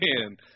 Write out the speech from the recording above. man